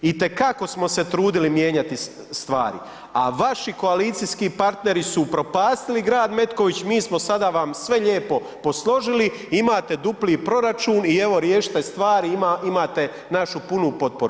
I te kako smo se trudili mijenjati stvari, a vaši koalicijski partneri su upropastili grad Metković, mi smo sada vam sve lijepo posložili, imate dupli proračun i evo riješite stvar imate našu punu potporu.